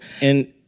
And-